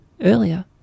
earlier